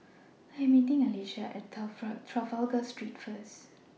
I Am meeting Alisha At Trafalgar Street First